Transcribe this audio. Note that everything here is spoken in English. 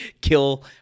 kill